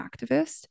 activist